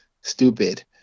stupid